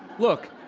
look,